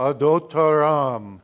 Adotaram